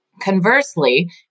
Conversely